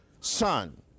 son